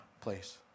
place